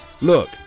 Look